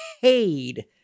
paid